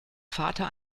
vater